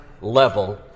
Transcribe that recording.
level